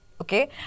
okay